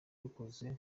dukoze